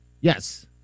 Yes